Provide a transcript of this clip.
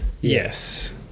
Yes